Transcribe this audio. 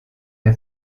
der